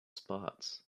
spots